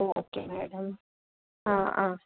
okay madam ആ ആ